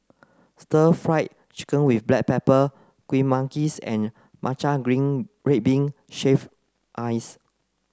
stir fry chicken with black pepper Kuih Manggis and Matcha red bean shaved ice